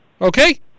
Okay